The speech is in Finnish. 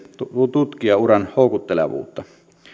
tutkijanuran houkuttelevuutta